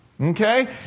Okay